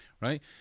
right